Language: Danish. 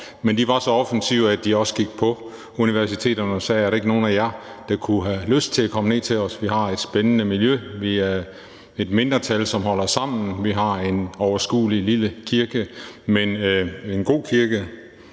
men de var så offensive, at de også gik ud på universiteterne og sagde: Er der ikke nogen af jer, der kunne have lyst til at komme ned til os? Vi har et spændende miljø, vi er et mindretal, som holder sammen, vi har en overskuelig, lille kirke, men en god kirke.